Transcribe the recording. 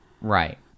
Right